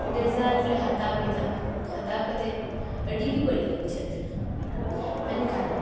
result ᱞᱮ ᱦᱟᱛᱟᱣ ᱠᱮᱫᱟ ᱦᱟᱛᱟᱣ ᱠᱟᱛᱮ ᱟᱹᱰᱤ ᱜᱮ ᱵᱟᱹᱲᱤᱡ ᱞᱮ ᱵᱩᱡᱷᱟᱹᱣ ᱮᱫ ᱛᱟᱦᱮᱱᱟ ᱢᱮᱱᱠᱷᱟᱱ